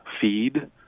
feed